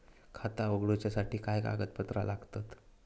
खाता उगडूच्यासाठी काय कागदपत्रा लागतत?